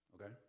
okay